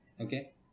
okay